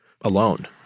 alone